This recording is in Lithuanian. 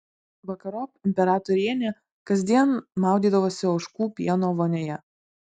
vakarop imperatorienė kasdien maudydavosi ožkų pieno vonioje